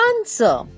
answer